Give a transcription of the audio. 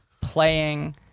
playing